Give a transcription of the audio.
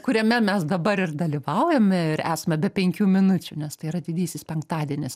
kuriame mes dabar ir dalyvaujame ir esame be penkių minučių nes tai yra didysis penktadienis